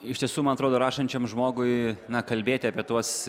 iš tiesų man atrodo rašančiam žmogui na kalbėti apie tuos